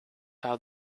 how